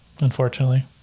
Unfortunately